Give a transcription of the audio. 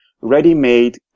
ready-made